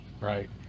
right